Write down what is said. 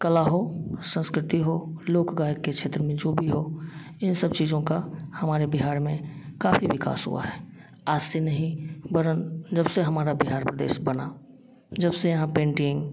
कला हो संस्कृति हो लोक गायक के क्षेत्र में जो भी हो इन सब चीजों का हमारे बिहार में काफी विकास हुआ है आज से नहीं बरन जब से हमारा बिहार प्रदेश बना जब से यहाँ पेंटिंग